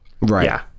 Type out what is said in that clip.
right